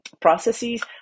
processes